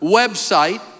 website